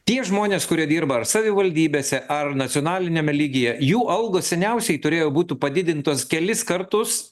tie žmonės kurie dirba ar savivaldybėse ar nacionaliniame lygyje jų algos seniausiai turėjo būtų padidintos kelis kartus